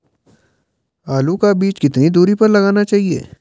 आलू का बीज कितनी दूरी पर लगाना चाहिए?